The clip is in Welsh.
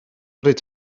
bryd